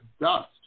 dust